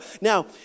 Now